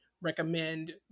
recommend